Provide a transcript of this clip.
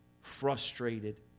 frustrated